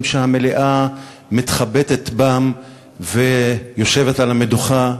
שהמליאה מתחבטת בם ויושבת על המדוכה?